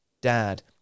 dad